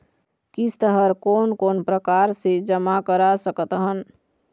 किस्त हर कोन कोन प्रकार से जमा करा सकत हन?